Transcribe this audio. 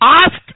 ask